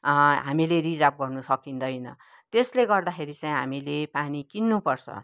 हामीले रिजर्भ गर्नु सकिँदैन त्यसले गर्दाखेरि चाहिँ हामीले पानी किन्नुपर्छ